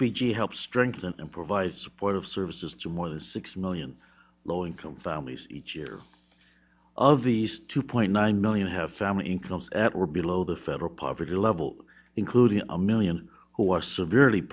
g help strengthen and provide supportive services to more than six million low income families each year of these two point nine million have family incomes at or below the federal poverty level including a million who are severely